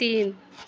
तीन